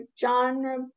genre